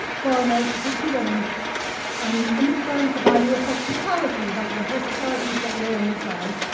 foreigners, witchy women and understands the value of hospitality, you write down hospitality to get the a on the exam.